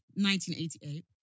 1988